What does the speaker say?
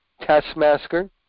taskmaster